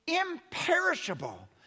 imperishable